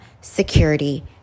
security